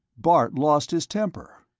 bart lost his temper.